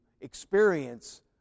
experience